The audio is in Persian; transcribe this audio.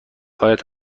هایت